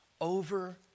over